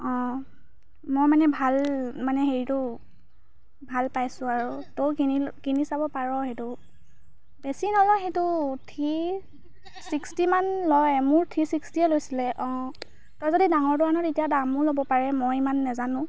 অঁ মই মানে ভাল মানে হেৰিটো ভাল পাইছোঁ আৰু তও কিনি ল কিনি চাব পাৰ সেইটো বেছি নলয় সেইটো থ্ৰী ছিক্সটি মান লয় মোৰ থ্ৰী ছিক্সটিয়ে লৈছিলে অঁ তই যদি ডাঙৰটো আন তেতিয়া দামো ল'ব পাৰে মই ইমান নেজানো